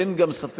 אין גם ספק,